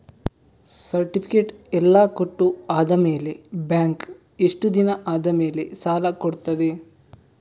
Certificate ಎಲ್ಲಾ ಕೊಟ್ಟು ಆದಮೇಲೆ ಬ್ಯಾಂಕ್ ಎಷ್ಟು ದಿನ ಆದಮೇಲೆ ಸಾಲ ಕೊಡ್ತದೆ?